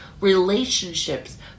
relationships